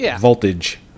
voltage